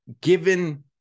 given